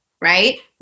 right